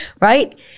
right